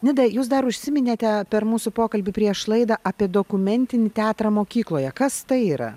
nidą jūs dar užsiminėte per mūsų pokalbį prieš laidą apie dokumentinį teatrą mokykloje kas tai yra